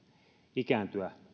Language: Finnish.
ikääntyä